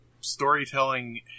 storytelling